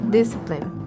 discipline